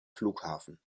flughafen